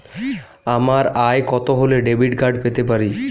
আমার আয় কত হলে ডেবিট কার্ড পেতে পারি?